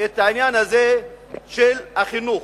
את העניין הזה של החינוך.